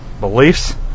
beliefs